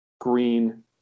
green